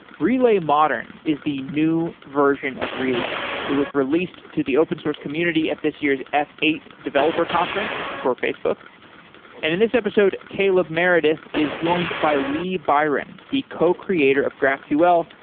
relay modern is the new version of relay. it was released to the open-source community at this year's f eight developer conference for facebook, and in this episode caleb meredith is joined by lee byron, the co-creator of graphicql,